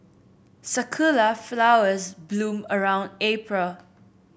sakura flowers bloom around April